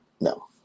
no